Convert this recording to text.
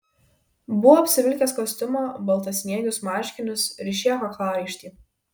buvo apsivilkęs kostiumą baltasniegius marškinius ryšėjo kaklaraištį